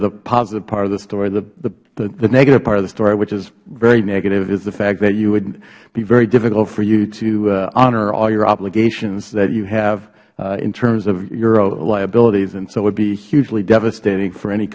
the positive part of the story the negative part of the story which is very negative is the fact that it would be very difficult for you to honor all your obligations that you have in terms of euro liabilities and so it would be hugely devastating for any